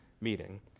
meeting